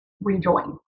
rejoin